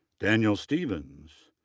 daniel stevens,